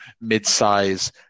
mid-size